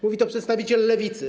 Mówi to przedstawiciel Lewicy.